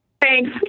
Thanks